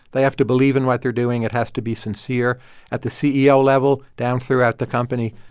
they have to believe in what they're doing. it has to be sincere at the ceo level down throughout the company.